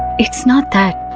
it's not that